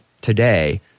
today